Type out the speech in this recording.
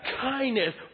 kindness